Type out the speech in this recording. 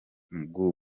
bw’u